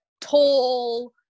tall